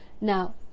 now